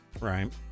right